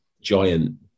giant